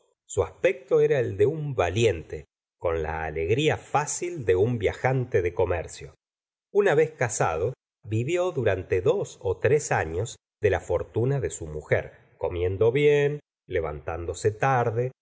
su aspecto era el de un va gustavo flaubert liente con la alegría fácil de un viajante de comercio una vez casado vivió durante dos tres anos de la fortuna de su mujer comiendo bien levantándose tarde